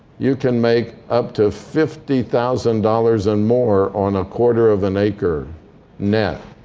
you can make up to fifty thousand dollars and more on a quarter of an acre net.